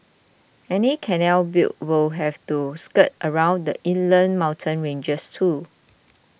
any canal built would have to skirt around the inland mountain ranges too